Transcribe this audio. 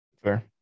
Fair